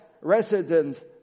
resident